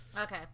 Okay